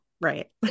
Right